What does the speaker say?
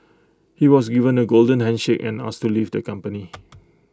he was given A golden handshake and asked to leave the company